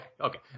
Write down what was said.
okay